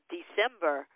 December